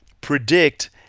predict